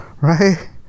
right